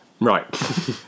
Right